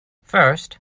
first